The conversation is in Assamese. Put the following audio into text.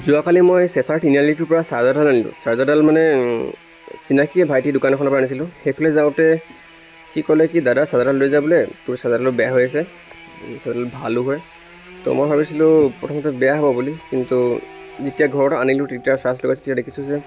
যোৱাকালি মই চেঁচাৰ তিনিআলিটোৰ পৰা চাৰ্জাৰডাল আনিলোঁ চাৰ্জাৰডাল মানে চিনাকীয়ে ভাইটিৰ দোকান এখনৰ পৰা আনিছিলোঁ সেইফালে যাওঁতে সি ক'লে কি দাদা চাৰ্জাৰডাল লৈ যা বোলে তোৰ চাৰ্জাৰডাল বেয়া হৈ আছে চাৰ্জাৰডাল ভালো হয় ত' মই ভাবিছিলোঁ প্ৰথমতে বেয়া হ'ব বুলি কিন্তু যেতিয়া ঘৰত আনিলোঁ তেতিয়া চাৰ্জ লগাই যেতিয়া দেখিছোঁ যে